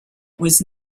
was